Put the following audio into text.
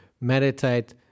meditate